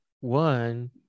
one